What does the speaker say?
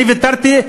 אני ויתרתי,